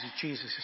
Jesus